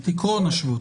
את עיקרון השבות.